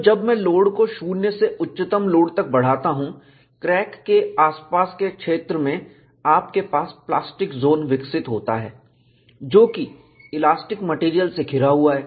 तो जब मैं लोड को शून्य से उच्चतम लोड तक बढ़ाता हूं क्रैक के आसपास के क्षेत्र में आपके पास प्लास्टिक जोन विकसित होता है जो कि इलास्टिक मेटेरियल से घिरा हुआ है